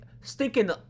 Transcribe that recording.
stinking